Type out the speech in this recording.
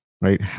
right